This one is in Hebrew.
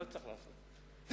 איזו נדיבות.